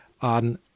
on